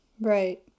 right